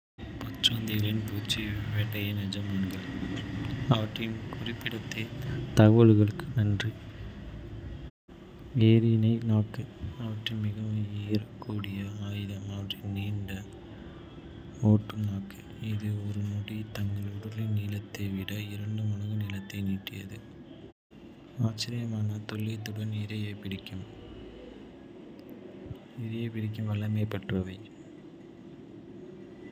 பச்சோந்திகள் பூச்சி வேட்டையின் எஜமானர்கள், அவற்றின் குறிப்பிடத்தக்க தழுவல்களுக்கு நன்றி. எறிகணை நாக்கு. அவற்றின் மிகவும் ஈர்க்கக்கூடிய ஆயுதம் அவற்றின் நீண்ட, ஒட்டும் நாக்கு. இது ஒரு நொடியில் தங்கள் உடலின் நீளத்தை விட இரண்டு மடங்கு நீளத்தை நீட்டித்து, ஆச்சரியமான துல்லியத்துடன் இரையைப் பிடிக்கும்.